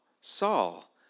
Saul